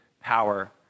power